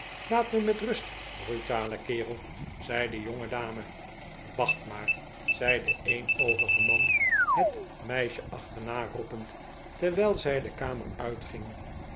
laat me met rust brutale kerel zei de jongedame wacht maar zei de eenoogige man het meisje achterna roepend terwijl zij de kamer uitging